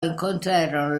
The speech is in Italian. incontrarono